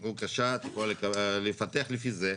בבקשה, את יכולה לפתח לפי זה.